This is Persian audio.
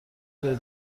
بهت